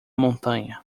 montanha